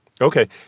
Okay